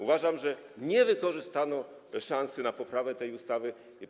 Uważam, że nie wykorzystano szansy na poprawę tej ustawy.